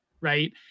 right